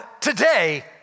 today